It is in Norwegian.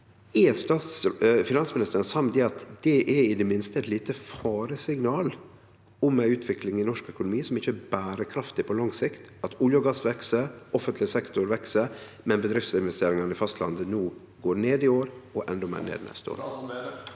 Er finansministeren då samd i at det i det minste er eit lite faresignal om ei utvikling i norsk økonomi som ikkje er berekraftig på lang sikt – at olje og gass veks, offentleg sektor veks, men bedriftsinvesteringane på fastlandet går ned i år og endå meir til neste år?